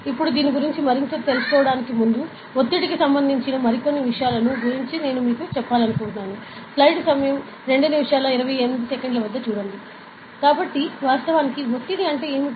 ఇప్పుడు దీని గురించి మరింత తెలుసుకోవడానికి ముందు ఒత్తిడికి సంబంధించి మరికొన్ని విషయాల గురించి నేను మీకు చెప్పాలనుకుంటున్నాను కాబట్టి వాస్తవానికి ఒత్తిడి అంటే ఏమిటి